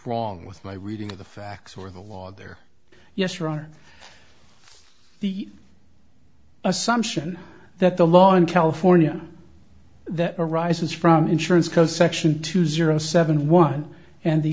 wrong with my reading of the facts or the law they're yes you're on the assumption that the law in california that arises from insurance co section two zero seven one and the